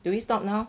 do we stop now